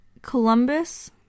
Columbus